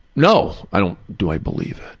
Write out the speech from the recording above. no, i don't do i believe it?